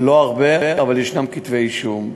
ולא הרבה, אבל ישנם כתבי אישום.